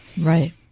Right